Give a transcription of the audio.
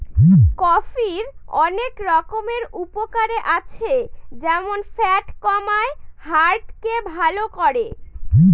কফির অনেক রকমের উপকারে আছে যেমন ফ্যাট কমায়, হার্ট কে ভালো করে